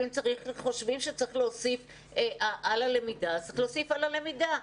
אם חושבים שצריך להוסיף על הלמידה אז צריך להוסיף על הלמידה.